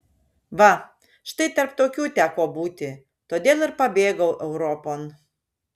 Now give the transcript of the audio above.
va štai tarp tokių teko būti todėl ir pabėgau europon